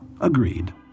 Agreed